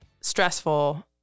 stressful